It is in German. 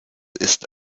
ist